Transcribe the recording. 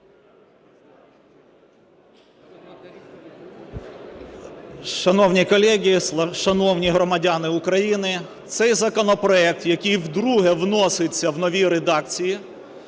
Шановні колеги, шановні громадяни України! Цей законопроект, який вдруге вноситься в новій редакції,